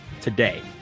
today